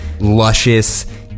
luscious